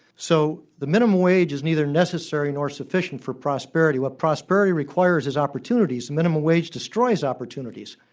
so the minimum wage is neither necessary nor sufficient for prosperity what prosperity requires is opportunities. the minimum wage destroys opportunities.